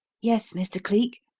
yes, mr. cleek?